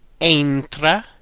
entra